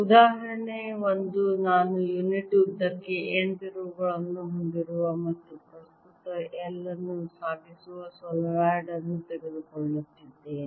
ಉದಾಹರಣೆ 1 ನಾನು ಯುನಿಟ್ ಉದ್ದಕ್ಕೆ n ತಿರುವುಗಳನ್ನು ಹೊಂದಿರುವ ಮತ್ತು ಪ್ರಸ್ತುತ I ಅನ್ನು ಸಾಗಿಸುವ ಸೊಲೀನಾಯ್ಡ್ ಅನ್ನು ತೆಗೆದುಕೊಳ್ಳುತ್ತಿದ್ದೇನೆ